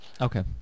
Okay